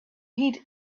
heed